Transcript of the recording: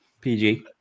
PG